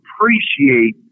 appreciate